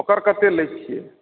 ओकर कतेक लै छियै